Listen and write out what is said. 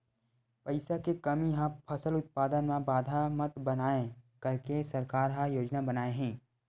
पईसा के कमी हा फसल उत्पादन मा बाधा मत बनाए करके सरकार का योजना बनाए हे?